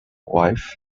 wife